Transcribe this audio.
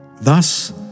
Thus